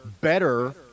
better